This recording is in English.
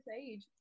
age